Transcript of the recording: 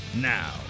Now